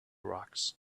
rocks